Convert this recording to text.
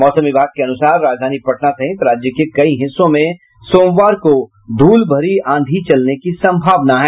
मौसम विभाग के अनुसार राजधानी पटना सहित राज्य के कई हिस्सों में सोमवार को धूलभरी आंधी चलने की संभावना है